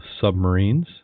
submarines